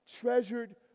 treasured